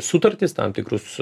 sutartis tam tikrus